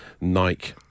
Nike